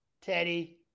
Teddy